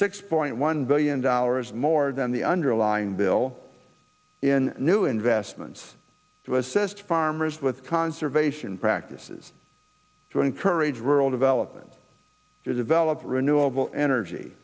six point one billion dollars more than the underlying bill in new investments to assist farmers with conservation practices to encourage rural development to develop renewable energy